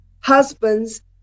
husbands